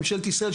ממשלת ישראל,